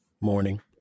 morning